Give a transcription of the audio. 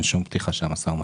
אין שום פתיחה של המשא ומתן.